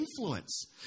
influence